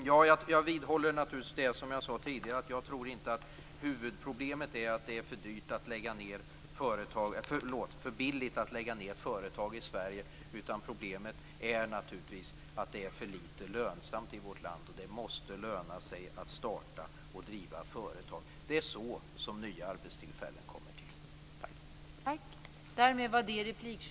Jag vidhåller naturligtvis det som jag sade tidigare. Jag tror inte att huvudproblemet är att det är för billigt att lägga ned företag i Sverige, utan problemet är naturligtvis att det är för lite lönsamt i vårt land. Det måste löna sig att starta och driva företag. Det är så nya arbetstillfällen kommer till. Tack!